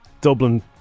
Dublin